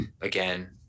again